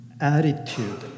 attitude